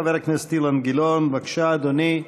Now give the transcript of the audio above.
חבר הכנסת אילן גילאון, בבקשה, אדוני.